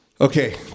okay